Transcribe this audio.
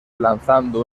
lanzando